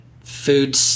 food